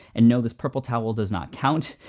and no, this purple towel does not count.